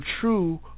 true